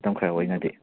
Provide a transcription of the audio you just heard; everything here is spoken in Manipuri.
ꯃꯇꯝ ꯈꯔ ꯑꯣꯏꯅꯗꯤ